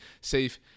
safe